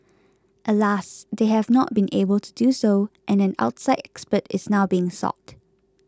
alas they have not been able to do so and an outside expert is now being sought